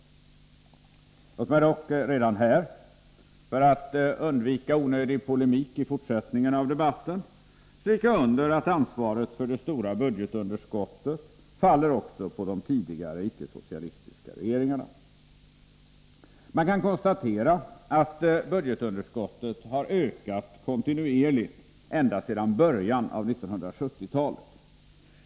Låt mig dock redan här, för att undvika onödig polemik i fortsättningen av debatten, stryka under att ansvaret för det stora budgetunderskottet faller också på de tidigare icke-socialistiska regeringarna. Man kan konstatera att budgetunderskottet har ökat kontinuerligt ända sedan början av 1970-talet.